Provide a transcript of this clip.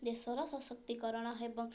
ଦେଶର ସଶକ୍ତିକରଣ ହେବ